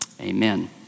Amen